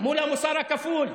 מול המוסר הכפול.